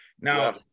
now